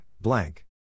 blank